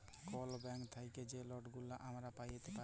call bank থ্যাইকে যে লটগুলা আমরা প্যাইতে পারি